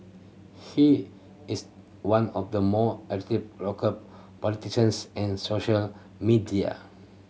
he is one of the more active local politicians in social media